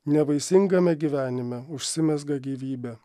nevaisingame gyvenime užsimezga gyvybė